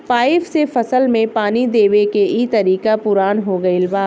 pipe से फसल में पानी देवे के इ तरीका पुरान हो गईल बा